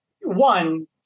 one